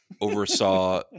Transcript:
oversaw